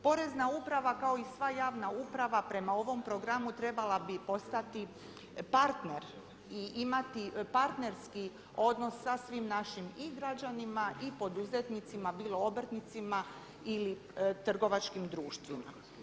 Porezna uprava kao i sva javna uprava prema ovom programu trebala bi postati partner i imati partnerski odnos sa svim našim i građanima i poduzetnicima bilo obrtnicima ili trgovačkim društvima.